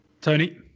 Tony